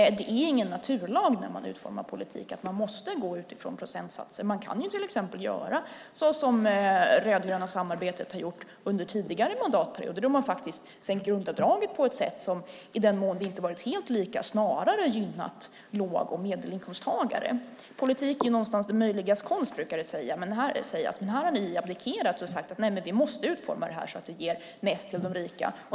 Det är ingen naturlag när man utformar politik att man måste utgå från procentsatser. Man kan till exempel göra som man har gjort i det rödgröna samarbetet under den tidigare mandatperioden, då man har sänkt grundavdraget på ett sätt som har gjort att det i den mån det inte har varit helt lika snarare har gynnat låg och medelinkomsttagare. Politik är någonstans det möjligas konst, brukar det sägas. Men här har ni abdikerat och säger att ni måste utforma det här så att det ger mest till de rika.